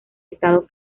estado